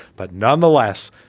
but nonetheless,